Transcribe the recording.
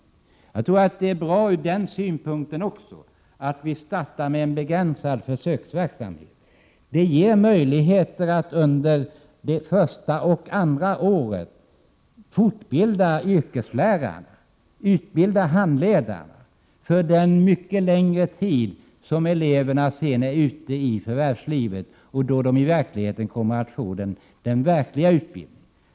Också ur denna synpunkt tror jag det är bra att vi startar med en begränsad försöksverksamhet. Den ger möjligheter att under första och andra året fortbilda yrkeslärarna och utbilda handledare för den mycket längre tid som eleverna sedan är ute i förvärvslivet och då får den verkliga utbildningen.